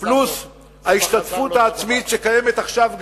פלוס ההשתתפות העצמית שקיימת גם עכשיו,